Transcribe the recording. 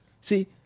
See